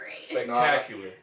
Spectacular